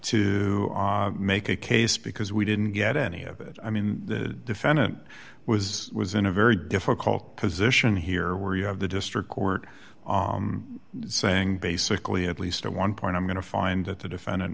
to make a case because we didn't get any of it i mean the defendant was was in a very difficult position here where you have the district court saying basically at least at one point i'm going to find that the defendant